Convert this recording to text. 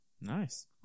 Nice